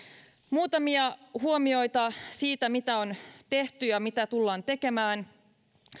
muutamia huomioita siitä mitä on tehty ja mitä tullaan tekemään